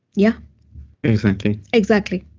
yeah exactly exactly.